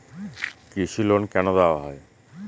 কৃষি লোন কেন দেওয়া হয়?